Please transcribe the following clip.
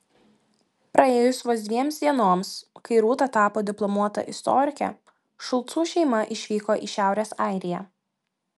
praėjus vos dviems dienoms kai rūta tapo diplomuota istorike šulcų šeima išvyko į šiaurės airiją